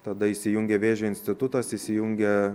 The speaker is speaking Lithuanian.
tada įsijungia vėžio institutas įsijungia